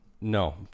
No